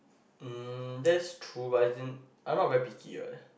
hmm that's true but is in I'm not very picky one